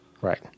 Right